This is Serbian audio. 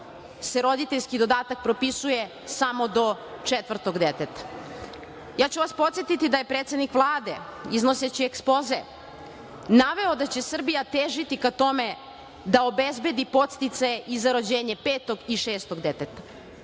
se roditeljski dodatak propisuje samo do četvrtog deteta. Podsetiću vas da je predsednik Vlade iznoseći Ekspoze naveo da će Srbija težiti ka tome da obezbedi podsticaje i za rođenje petog i šestog deteta,